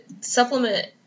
supplement